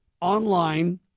online